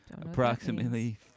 approximately